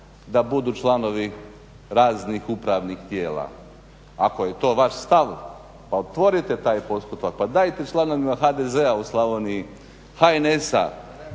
da budu članovi raznih upravnih tijela. Ako je to vaš stav pa otvorite taj postupak, pa dajte članovima HDZ-a u Slavoniji,